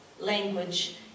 language